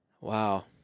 Wow